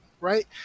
right